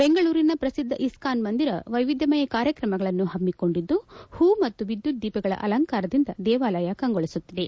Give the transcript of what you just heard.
ಬೆಂಗಳೂರನ ಪ್ರಸಿದ್ಧ ಇಸ್ಕಾನ್ ಮಂದಿರ ವೈವಿದ್ಯಮಯ ಕಾರ್ಯಕ್ರಮಗಳನ್ನು ಪಮ್ಮಿಕೊಂಡಿದ್ದು ಪೂ ಮತ್ತು ವಿದ್ಯುತ್ ದೀಪಗಳ ಅಲಂಕಾರದಿಂದ ದೇವಾಲಯ ಕಂಗೊಳಿಸುತ್ತಿದೆ